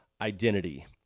identity